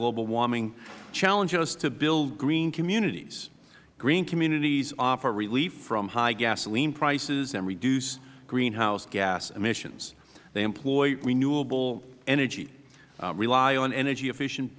global warming challenge us to build green communities green communities offer relief from high gasoline prices and reduce greenhouse gas emissions they employ renewable energy rely on energy efficient